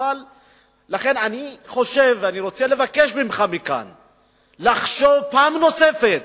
לכן אני חושב ואני רוצה לבקש ממך לחשוב פעם נוספת